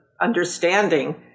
understanding